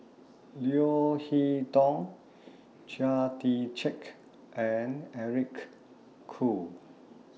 Leo Hee Tong Chia Tee Chiak and Eric Khoo